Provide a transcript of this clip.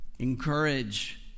Encourage